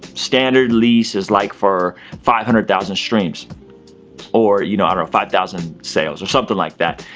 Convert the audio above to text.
standard lease is like for five hundred thousand streams or you know, i don't know, five thousand sales or something like that.